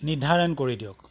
নিৰ্ধাৰণ কৰি দিয়ক